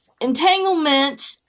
entanglement